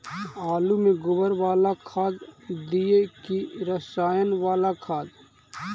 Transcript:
आलु में गोबर बाला खाद दियै कि रसायन बाला खाद?